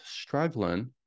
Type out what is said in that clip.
struggling